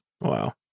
wow